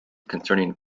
concerning